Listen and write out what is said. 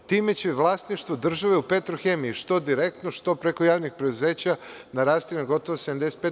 Time će vlasništvo države u „Petrohemiji“ što direktno, što preko javnih preduzeća, narasti na gotovo 75%